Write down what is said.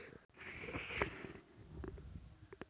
लेह लद्दाख आर राजस्थानत सबस कम बारिश ह छेक